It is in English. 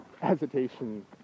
hesitation